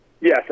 Yes